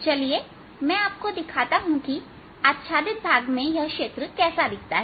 चलिए मैं आपको दिखाता हूं कि आच्छादित भाग में यह क्षेत्र कैसा दिखता है